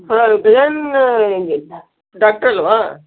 hello Gajanana doctor ಅಲ್ಲವಾ